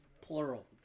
plural